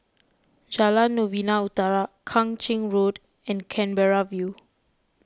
Jalan Novena Utara Kang Ching Road and Canberra View